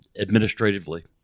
administratively